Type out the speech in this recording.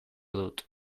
dut